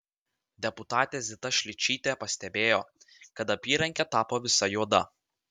deputatė zita šličytė pastebėjo kad apyrankė tapo visa juoda